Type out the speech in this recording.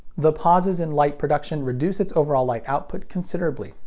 the pauses in light production reduce its overall light output considerably.